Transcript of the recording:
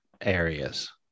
areas